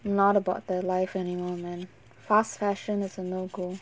not about the life anymore man fast fashion is a no go